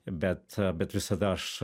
bet bet visada aš